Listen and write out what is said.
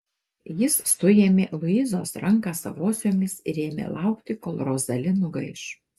jis suėmė luizos ranką savosiomis ir ėmė laukti kol rozali nugaiš